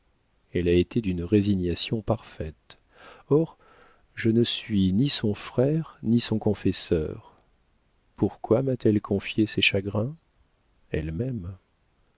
elle a été d'une résignation parfaite or je ne suis ni son frère ni son confesseur pourquoi m'a-t-elle confié ses chagrins